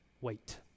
wait